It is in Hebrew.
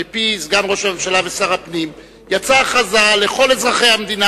מפי סגן ראש הממשלה ושר הפנים יצאה הכרזה לכל אזרחי המדינה,